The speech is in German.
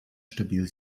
stabil